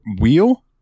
wheel